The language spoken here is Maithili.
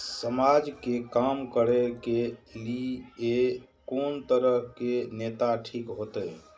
समाज के काम करें के ली ये कोन तरह के नेता ठीक होते?